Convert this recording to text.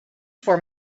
for